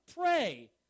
Pray